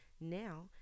Now